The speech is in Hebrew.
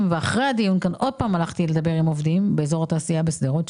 ואחרי הדיון כאן עוד פעם הלכתי לדבר עם עובדים באזור התעשייה בשדרות,